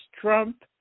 Trump